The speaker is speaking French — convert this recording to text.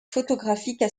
photographiques